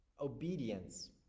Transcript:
obedience